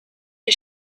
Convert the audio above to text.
the